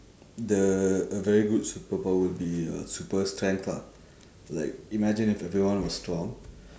the a very good superpower would be uh super strength lah like imagine if everyone was strong